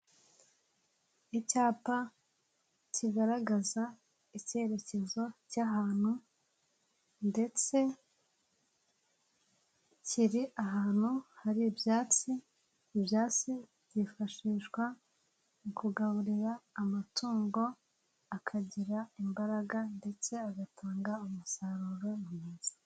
Icyapa kigaragaza icyerekezo cy'ahantu, ndetse kiri ahantu hari ibyatsi, ibyatsi byifashishwa mu kugaburira amatungo akagira imbaraga ndetse agatanga umusaruro mu mwiza.